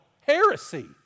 Heresy